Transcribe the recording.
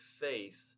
faith